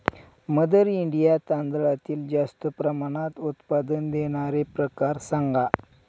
mother India तांदळातील जास्त प्रमाणात उत्पादन देणारे प्रकार सांगा